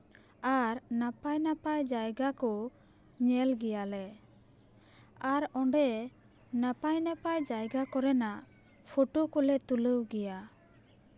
ᱟᱨ ᱱᱟᱯᱟᱭ ᱱᱟᱯᱟᱭ ᱡᱟᱭᱜᱟ ᱠᱚ ᱧᱮᱞ ᱜᱮᱭᱟᱞᱮ ᱟᱨ ᱚᱸᱰᱮ ᱱᱟᱯᱟᱭ ᱱᱟᱯᱟᱭ ᱡᱟᱭᱜᱟ ᱠᱚᱨᱮᱱᱟᱜ ᱯᱷᱳᱴᱳ ᱠᱚᱞᱮ ᱛᱩᱞᱟᱹᱣ ᱜᱮᱭᱟ